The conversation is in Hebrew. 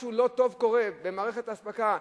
משהו לא טוב קורה במערכת האספקה.